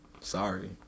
Sorry